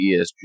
ESG